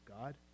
God